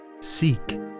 seek